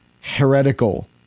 heretical